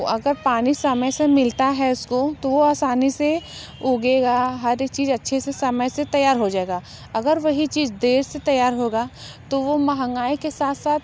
अगर पानी समय से मिलता है उसको तो वह आसानी से उगेगा हर एक चीज़ अच्छे से समय से तैयार हो जाएगा अगर वही चीज़ देर से तैयार होगा तो वह महंगाई के साथ साथ